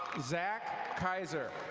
zach kaiser.